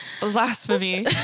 Blasphemy